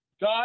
God